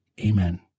Amen